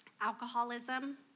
alcoholism